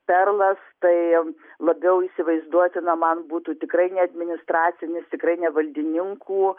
perlas tai labiau įsivaizduotina man būtų tikrai ne administracinis tikrai ne valdininkų